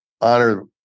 honor